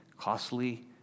costly